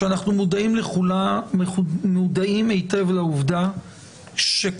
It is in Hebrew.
אני רוצה לומר שאנחנו מודעים היטב לעובדה שכל